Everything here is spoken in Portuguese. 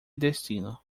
destino